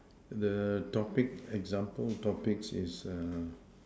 the topic example topics is